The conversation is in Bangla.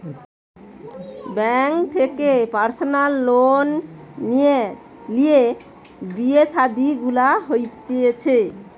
বেঙ্ক থেকে পার্সোনাল লোন লিয়ে বিয়ে শাদী গুলা হতিছে